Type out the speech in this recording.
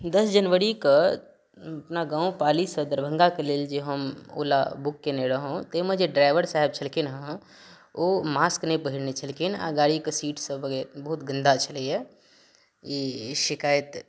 दस जनवरी कऽ हम अपना गाँव पाली सँ दरभंगा के लेल जे हम ओला बुक केने रहौं ताहिमे जे ड्राइवर साहब छलखिन हँ ओ मास्क नहि पहिरने छलखिन आ गाड़ी के सीट सब वगैरह बहुत गन्दा छलै हँ ई शिकायत